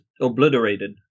obliterated